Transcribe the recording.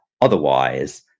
otherwise